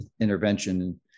intervention